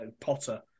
Potter